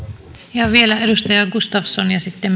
vielä edustaja gustafsson ja sitten